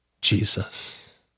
Jesus